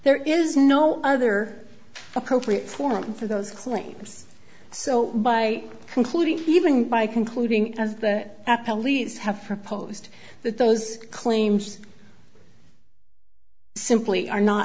there is no other appropriate forum for those claims so by concluding even by concluding as the police have proposed that those claims simply are not